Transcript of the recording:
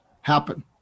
happen